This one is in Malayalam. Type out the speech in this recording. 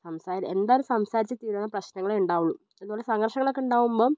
എന്തായാലും സംസാരിച്ചു തീരാവുന്ന പ്രശ്നങ്ങളെ ഉണ്ടാവുള്ളൂ അതുപോലെ സംഘർഷങ്ങളൊക്കെ ഉണ്ടാവുമ്പം